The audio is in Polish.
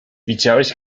widziałeś